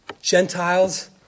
Gentiles